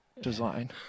design